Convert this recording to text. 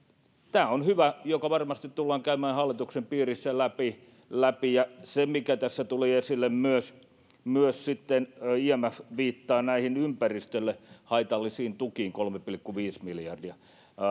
tämä on hyvä joka varmasti tullaan käymään hallituksen piirissä läpi läpi ja se mikä tässä tuli esille myös myös sitten imf viittaa näihin ympäristölle haitallisiin tukiin kolme pilkku viisi miljardia